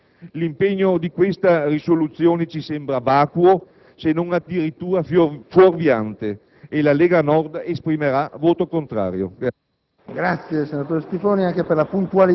Signor Presidente, per questi motivi l'impegno di questa risoluzione ci sembra vacuo, se non addirittura fuorviante, e la Lega Nord esprimerà voto contrario.